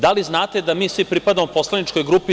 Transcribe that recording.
Da li znate da mi svi pripadamo poslaničkoj grupi DS?